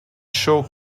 show